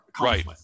Right